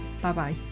Bye-bye